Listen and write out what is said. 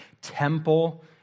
temple